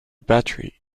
battery